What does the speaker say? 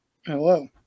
hello